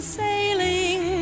sailing